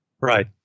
Right